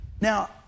Now